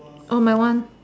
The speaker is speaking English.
orh my one